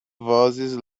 vozes